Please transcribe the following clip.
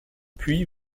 puis